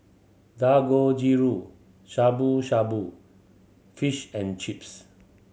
Dangojiru Shabu Shabu Fish and Chips